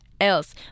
else